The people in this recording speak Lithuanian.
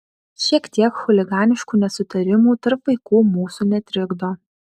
šiek tiek chuliganiškų nesutarimų tarp vaikų mūsų netrikdo